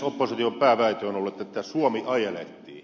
opposition pääväite on ollut että suomi ajelehtii